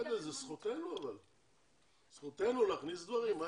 זכותנו להכניס דברים.